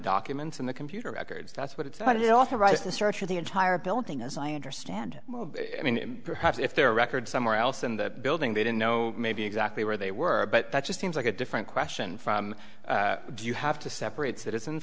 documents in the computer records that's what it's about it authorized the search of the entire building as i understand it i mean perhaps if there are records somewhere else in the building they don't know maybe exactly where they were but that just seems like a different question from do you have to separate citizens